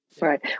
Right